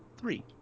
three